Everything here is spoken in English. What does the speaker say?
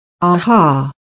Aha